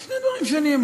זה שני דברים שונים.